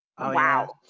Wow